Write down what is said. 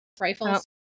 Rifles